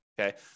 okay